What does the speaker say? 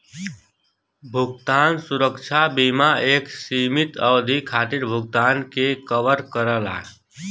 भुगतान सुरक्षा बीमा एक सीमित अवधि खातिर भुगतान के कवर करला